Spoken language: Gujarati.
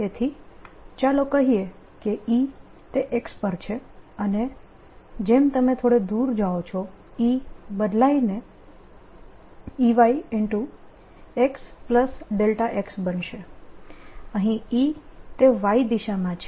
તેથી ચાલો કહીએ કે E એ X પર છે અને જેમ તમે થોડે દૂર જાઓ છો E બદલાઈને Eyxx બનશે અહીં E એ Y દિશામાં છે